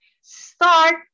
start